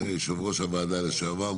אדוני יושב ראש הוועדה לשעבר,